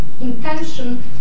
intention